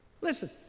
Listen